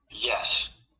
Yes